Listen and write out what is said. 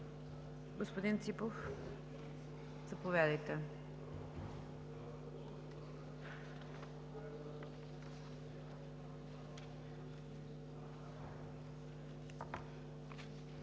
Господин Ченчев, заповядайте.